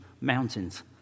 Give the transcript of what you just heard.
mountains